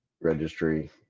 registry